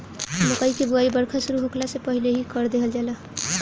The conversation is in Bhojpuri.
मकई कअ बोआई बरखा शुरू होखला से पहिले ही कर देहल जाला